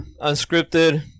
Unscripted